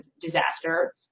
disaster